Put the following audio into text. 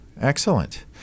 excellent